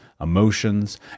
emotions